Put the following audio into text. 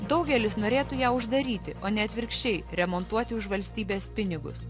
daugelis norėtų ją uždaryti o ne atvirkščiai remontuoti už valstybės pinigus